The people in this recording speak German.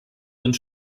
sind